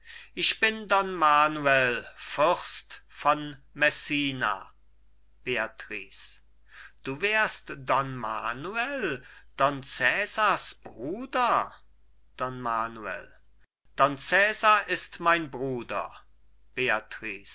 ich bin don manuel fürst von messina beatrice du wärst don manuel don cesars bruder don manuel don cesar ist mein bruder